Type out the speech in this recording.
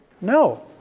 No